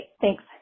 Thanks